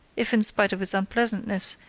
if, in spite of its unpleasantness,